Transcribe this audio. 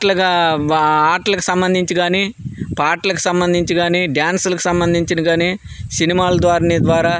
ఆటలుగా ఆటలకు సంబంధించి కానీ పాటలకు సంబంధించి కానీ డ్యాన్సులకి సంబంధించిన కానీ సినిమాల ధోరణి ద్వారా